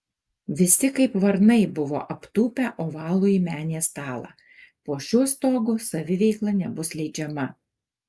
visi kaip varnai buvo aptūpę ovalųjį menės stalą po šiuo stogu saviveikla nebus leidžiama